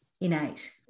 innate